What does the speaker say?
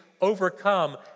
overcome